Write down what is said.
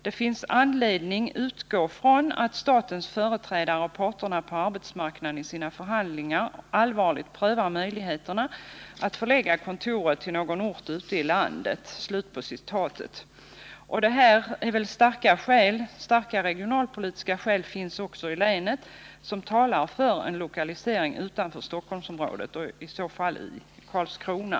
Det finns anledning utgå från att statens företrädare och parterna på arbetsmarknaden i sina förhandlingar allvarligt prövar möjligheterna att förlägga kontoret till någon ort ute i landet.” Det finns starka regionalpolitiska skäl som talar för en lokalisering av huvudkontoret utanför Stockholmsområdet. Och om huvudkontoret inte placeras i Stockholmsområdet, bör det lokaliseras till Karlskrona.